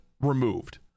removed